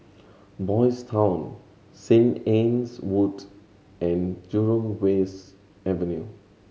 Boys' Town Saint Anne's Wood and Jurong West Avenue